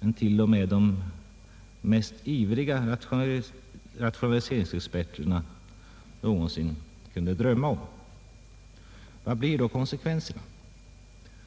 än vad de mest ivriga rationaliseringsexperter någonsin kunnat drömma om. Vad blir konsekvenserna av detta?